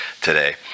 today